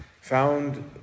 found